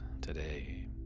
today